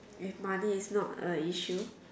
if money is not a issue